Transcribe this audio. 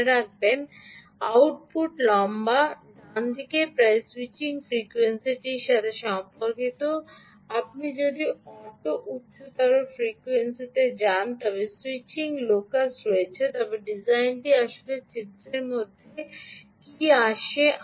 মনে রাখবেন আউটপুট লম্বা প্রায় স্যুইচিং ফ্রিকোয়েন্সিটির সাথে সম্পর্কিত আপনি যদি অটো উচ্চতর ফ্রিকোয়েন্সিগুলিতে যান তবে স্যুইচিং লোকস রয়েছে তবে ডিজাইনটি আসলে চিত্রের মধ্যে কী আসে